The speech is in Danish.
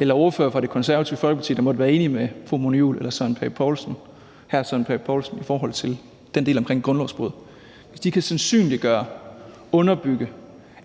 eller andre ordførere for Det Konservative Folkeparti, der måtte være enige med fru Mona Juul eller hr. Søren Pape Poulsen i forhold til den del om grundlovsbrud, kan sandsynliggøre, underbygge